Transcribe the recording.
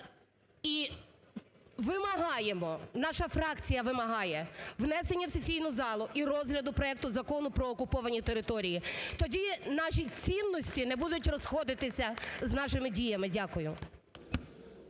І вимагаємо, наша фракція вимагає внесення в сесійну залу і розгляду проекту Закону про окуповані території. Тоді наші цінності не будуть розходитися з нашими діями. Дякую.